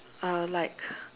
uh like